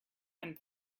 and